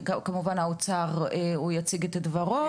וכמובן נציג משרד האוצר יציג את דברו,